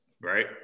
right